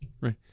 Right